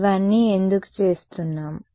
ఇవన్నీ ఎందుకు చేస్తున్నాం